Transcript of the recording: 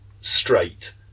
straight